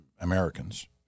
Americans